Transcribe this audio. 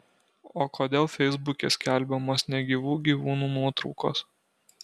o kodėl feisbuke skelbiamos negyvų gyvūnų nuotraukos